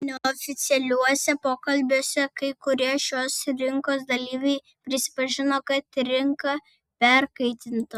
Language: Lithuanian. neoficialiuose pokalbiuose kai kurie šios rinkos dalyviai prisipažino kad rinka perkaitinta